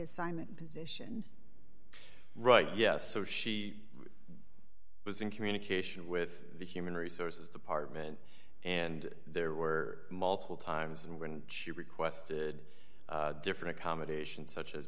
assignment position right yes so she was in communication with the human resources department and there were multiple times and when she requested different accommodations such as